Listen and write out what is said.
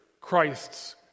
Christ's